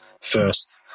first